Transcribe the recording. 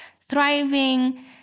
thriving